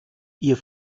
ihr